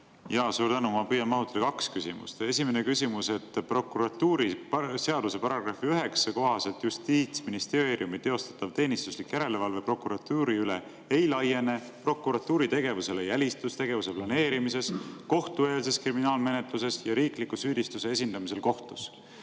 palun! Suur tänu! Ma püüan ära mahutada kaks küsimust. Esimene küsimus. Prokuratuuriseaduse § 9 kohaselt ei laiene Justiitsministeeriumi teostatav teenistuslik järelevalve prokuratuuri üle prokuratuuri tegevusele jälitustegevuse planeerimises, kohtueelses kriminaalmenetluses ja riikliku süüdistuse esindamisel kohtus.